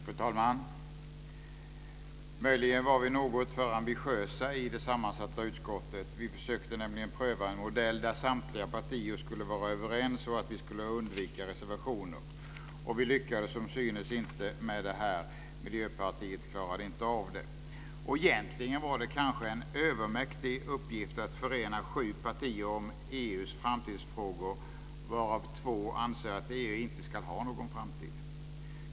Fru talman! Möjligen var vi något för ambitiösa i det sammansatta utskottet. Vi försökte nämligen pröva en modell där samtliga partier skulle vara överens, och vi skulle undvika reservationer. Men vi lyckades som synes inte med detta. Miljöpartiet klarade inte av det. Och egentligen var det kanske en övermäktig uppgift att förena sju partier om EU:s framtidsfrågor, varav två anser att EU inte ska ha någon framtid.